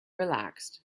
relaxed